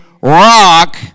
rock